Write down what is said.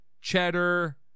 Cheddar